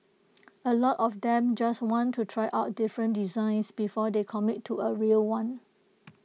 A lot of them just want to try out different designs before they commit to A real one